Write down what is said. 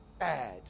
Add